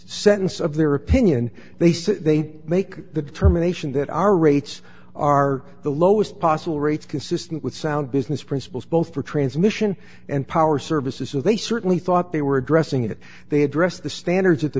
sentence of their opinion they said they'd make the determination that our rates are the lowest possible rates consistent with sound business principles both for transmission and power services so they certainly thought they were addressing it they had dressed the standards at the